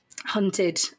hunted